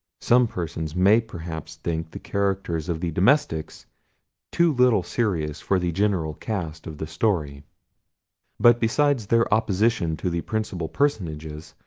some persons may perhaps think the characters of the domestics too little serious for the general cast of the story but besides their opposition to the principal personages,